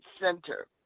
center